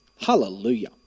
Hallelujah